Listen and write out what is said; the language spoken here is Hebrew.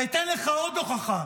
ואתן לך עוד הוכחה